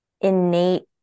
innate